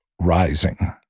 rising